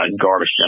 garbage